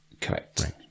correct